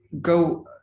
go